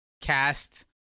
cast